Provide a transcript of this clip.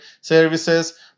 services